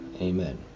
amen